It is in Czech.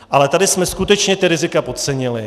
Ale tady jsme skutečně ta rizika podcenili.